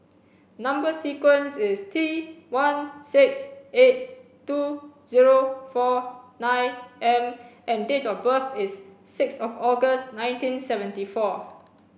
number sequence is T one six eight two zero four nine M and date of birth is six of August nineteen seventy four